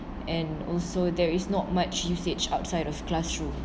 and also there is not much usage outside of classroom